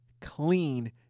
Clean